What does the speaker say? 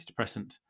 antidepressant